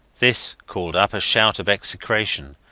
this called up a shout of execration.